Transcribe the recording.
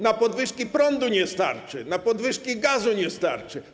Na podwyżki prądu nie starczy, na podwyżki gazu nie starczy.